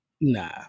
Nah